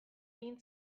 egin